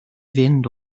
fynd